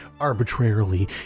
arbitrarily